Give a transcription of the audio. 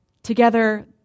Together